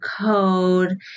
code